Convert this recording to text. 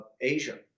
Asia